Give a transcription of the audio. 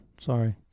Sorry